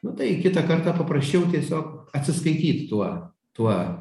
nu tai kitą kartą paprasčiau tiesiog atsiskaityt tuo tuo